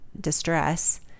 distress